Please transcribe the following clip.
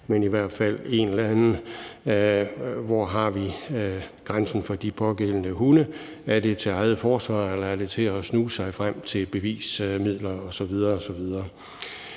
en eller anden definition af, hvor vi har grænsen for de pågældende hunde. Er det til eget forsvar, eller er det til at snuse sig frem til bevismateriale osv.